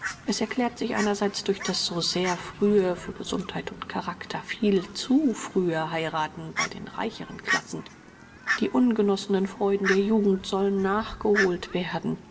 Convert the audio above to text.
es erklärt sich einerseits durch das so sehr frühe für gesundheit und charakter viel zu frühe heirathen bei den reicheren klassen die ungenossenen freuden der jugend sollen nachgeholt werden